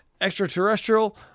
extraterrestrial